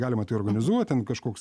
galima tai organizuot ten kažkoks